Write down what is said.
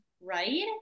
right